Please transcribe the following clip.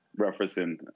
referencing